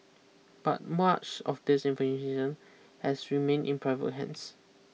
but much of this has remained in private hands